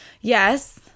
Yes